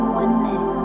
oneness